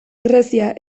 grezia